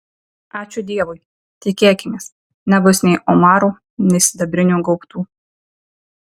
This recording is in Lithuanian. ačiū dievui tikėkimės nebus nei omarų nei sidabrinių gaubtų